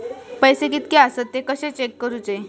पैसे कीतके आसत ते कशे चेक करूचे?